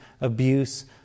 abuse